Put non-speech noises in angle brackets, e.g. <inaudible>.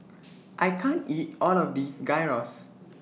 <noise> I can't eat All of This Gyros